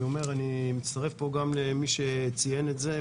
אני מצטרף פה גם למי שציין את זה,